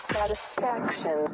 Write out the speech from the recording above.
Satisfaction